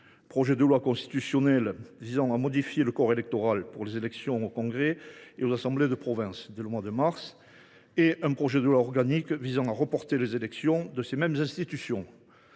projet de loi constitutionnelle visant à modifier le corps électoral pour les élections au congrès et aux assemblées de province, qui sera examiné au mois de mars au Sénat, et un projet de loi organique visant à reporter les élections de ces mêmes institutions.